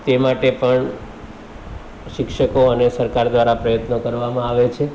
તે માટે પણ શિક્ષકો અને સરકાર દ્વારા પ્રયત્નો કરવામાં આવે છે